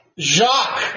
Jacques